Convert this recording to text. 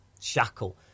shackle